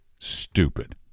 stupid